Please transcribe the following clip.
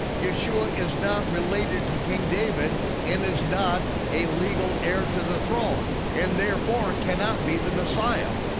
yeshua is not related to king david and is not a legal heir to the throne and therefore cannot be the messiah.